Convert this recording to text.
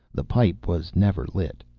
the pipe was never lit.